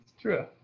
true